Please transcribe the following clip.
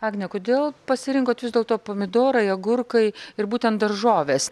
agne kodėl pasirinkot vis dėlto pomidorai agurkai ir būtent daržoves